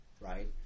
right